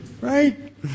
right